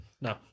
No